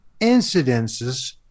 incidences